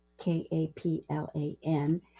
K-A-P-L-A-N